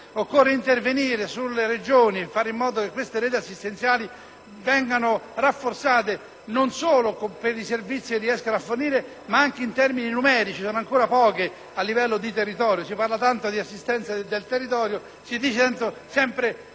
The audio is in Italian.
Occorre intervenire sulle Regioni per fare in modo che tali reti vengano rafforzate, non solo per i servizi che riescono a fornire, ma anche in termini numerici: sono ancora poche a livello di territorio. Si parla tanto di assistenza sul territorio, si dice sempre "meno